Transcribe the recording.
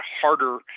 harder